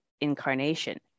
incarnation